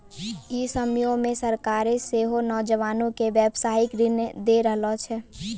इ समयो मे सरकारें सेहो नौजवानो के व्यवसायिक ऋण दै रहलो छै